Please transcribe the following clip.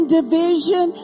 division